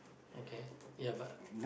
okay ya but